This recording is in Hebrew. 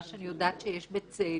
מה שאני יודעת שיש בצאלים,